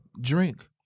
drink